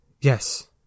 yes